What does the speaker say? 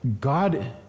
God